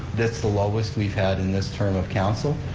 that's the lowest we've had in this term of council,